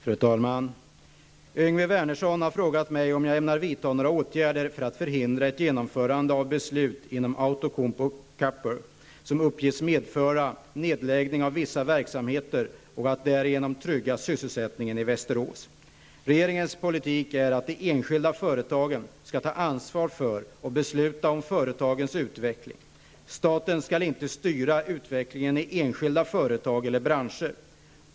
Fru talman! Yngve Wernersson har frågat mig om jag ämnar vidta några åtgärder för att förhindra ett genomförande av beslut inom Outokumpu Copper, som uppges medföra nedläggning av vissa verksamheter, och att därigenom trygga sysselsättningen i Västerås. Regeringens politik är att de enskilda företagen skall ta ansvar för och besluta om företagens utveckling. Staten skall inte styra utvecklingen i enskilda företag eller branscher.